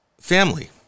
family